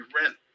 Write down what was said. rent